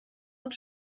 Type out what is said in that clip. und